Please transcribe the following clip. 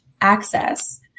access